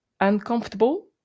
uncomfortable